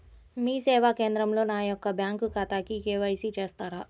మీ సేవా కేంద్రంలో నా యొక్క బ్యాంకు ఖాతాకి కే.వై.సి చేస్తారా?